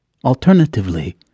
Alternatively